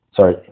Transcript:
Sorry